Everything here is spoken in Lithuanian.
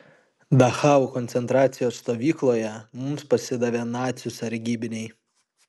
dachau koncentracijos stovykloje mums pasidavė nacių sargybiniai